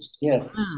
Yes